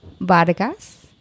vargas